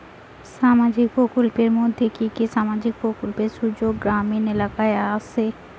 সামাজিক প্রকল্পের মধ্যে কি কি সামাজিক প্রকল্পের সুযোগ গ্রামীণ এলাকায় আসে?